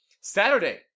Saturday